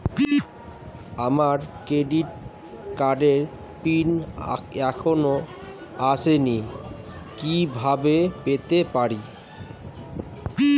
আমার ক্রেডিট কার্ডের পিন এখনো আসেনি কিভাবে পেতে পারি?